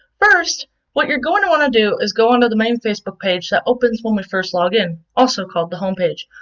first what you're going to want to do is go onto the main facebook page that opens when we first log in. in. also called the home page.